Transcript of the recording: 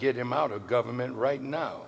get him out of government right now